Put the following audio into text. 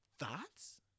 Thoughts